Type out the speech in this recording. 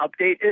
update